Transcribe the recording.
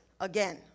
again